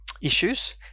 issues